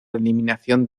eliminación